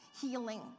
healing